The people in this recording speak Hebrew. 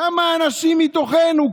כמה אנשים מתוכנו,